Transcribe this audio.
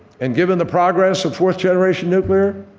and, given the progress of fourth generation nuclear?